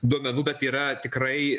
duomenų bet yra tikrai